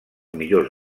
millors